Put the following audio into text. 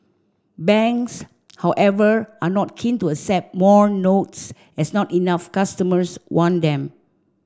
banks however are not keen to accept more notes as not enough customers want them